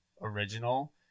original